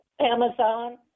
Amazon